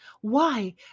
Why